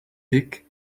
dick